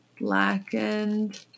blackened